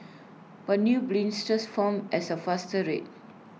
but new blisters formed at A faster rate